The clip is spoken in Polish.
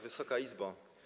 Wysoka Izbo!